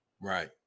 Right